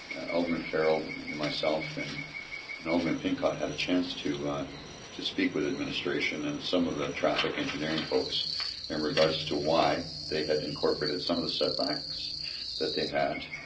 alderman farrell, myself and and alderman pincott had a chance to to speak with administration and some of the traffic engineering folks in and regards to why they had incorporated some of the setbacks that they had,